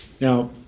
Now